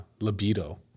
libido